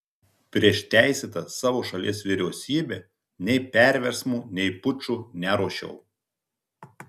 prieš teisėtą savo šalies vyriausybę nei perversmų nei pučų neruošiau